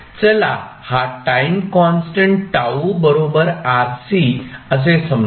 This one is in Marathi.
चला हा टाईम कॉन्स्टंट τ RC असे समजू